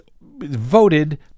voted